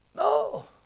No